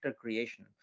creation